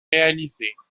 réalisées